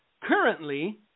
currently